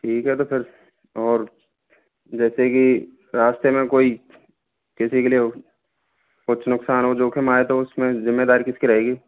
ठीक है तो फिर और जैसे कि रास्ते में कोई किसी के लिए कुछ नुकसान हो जोखिम आए तो जिम्मेदारी किसकी रहेगी